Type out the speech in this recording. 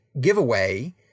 giveaway